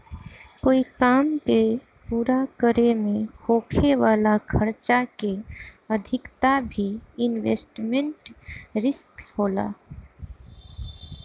कोई काम के पूरा करे में होखे वाला खर्चा के अधिकता भी इन्वेस्टमेंट रिस्क होला